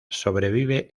sobrevive